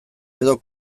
edo